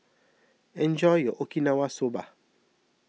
enjoy your Okinawa Soba